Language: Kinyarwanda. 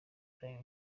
prime